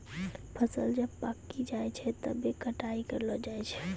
फसल जब पाक्की जाय छै तबै कटाई करलो जाय छै